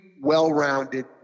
well-rounded